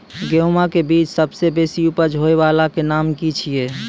गेहूँमक बीज सबसे बेसी उपज होय वालाक नाम की छियै?